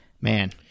man